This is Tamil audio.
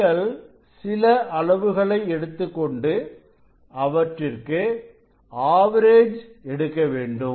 நீங்கள் சில அளவுகளை எடுத்துக்கொண்டு அவற்றிற்கு ஆவரேஜ் எடுக்க வேண்டும்